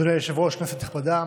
אדוני היושב-ראש, כנסת נכבדה,